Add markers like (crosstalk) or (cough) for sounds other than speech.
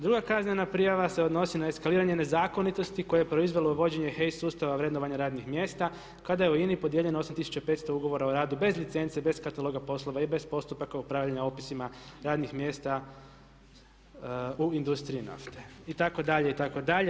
Druga kaznena prijava se odnosi na eskaliranje nezakonitosti koje je proizvelo vođenje … (unintelligible) sustava vrednovanja radnih mjesta kada je u INA-i podijeljeno 8500 ugovora u radu bez licence, bez kataloga poslova i bez postupaka upravljanja opisima radnih mjesta u industriji nafte itd., itd.